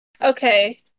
Okay